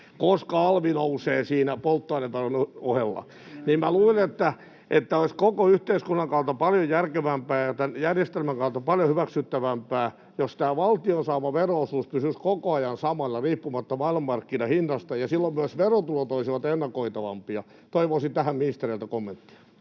koska alvi nousee siinä polttoaineveron ohella. Minä luulen, että olisi koko yhteiskunnan kannalta paljon järkevämpää ja tämän järjestelmän kannalta paljon hyväksyttävämpää, jos tämä valtion saama vero-osuus pysyisi koko ajan samana riippumatta maailmanmarkkinahinnasta, ja silloin myös verotulot olisivat ennakoitavampia. Toivoisin tähän ministereiltä kommenttia.